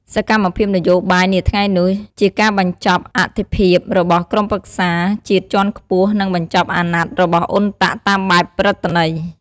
សកម្មភាពនយោបាយនាថ្ងៃនោះ ជាការបញ្ចប់អត្ថិភាពរបស់ក្រុមប្រឹក្សាជាតិជាន់ខ្ពស់ និងបញ្ចប់អាណត្តិរបស់អ៊ុនតាក់តាមបែបព្រឹត្តន័យ។